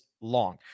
long